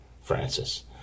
Francis